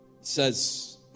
says